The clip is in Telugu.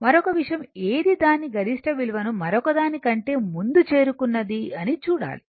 మరొక విషయం ఏది దాని గరిష్ట విలువని మరొకదాని కంటే ముందు చేరుకున్నది అని చూడాలి